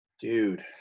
Dude